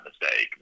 mistake